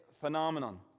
phenomenon